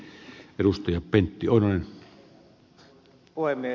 arvoisa puhemies